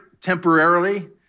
temporarily